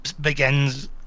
begins